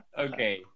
Okay